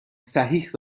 صحیح